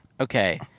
Okay